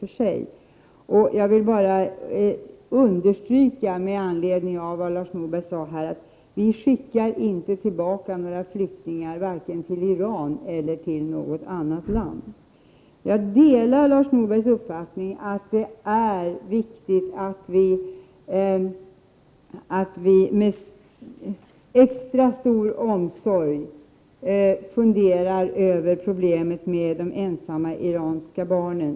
Med anledning av vad Lars Norberg sade vill jag understryka att vi inte skickar tillbaka några flyktingar vare sig till Iran eller till något annat land. Jag delar Lars Norbergs uppfattning att det är viktigt att vi med extra stor omsorg funderar över problemet med de ensamma iranska barnen.